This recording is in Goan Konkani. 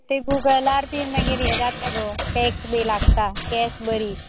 ते गुगलार बीन मागीर हें जाता गो टॅक्स बी लागता कॅश बरी